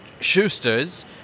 Schuster's